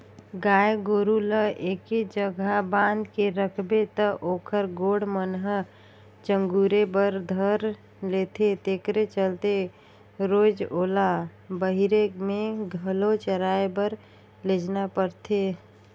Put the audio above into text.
गाय गोरु ल एके जघा बांध के रखबे त ओखर गोड़ मन ह चगुरे बर धर लेथे तेखरे चलते रोयज ओला बहिरे में घलो चराए बर लेजना परथे